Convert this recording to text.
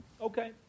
Okay